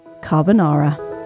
carbonara